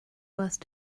worse